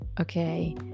okay